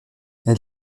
elle